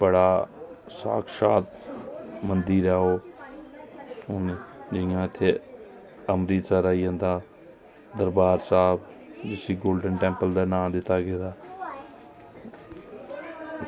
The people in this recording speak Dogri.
बड़ा साक्षात मंदिर ऐ ओह् हून जियां इत्थें अमृतसर आई जंदा दरबार साहिब जिसी गोल्डन टेम्पल दा नांऽ दित्ता गेदा